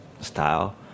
style